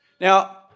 Now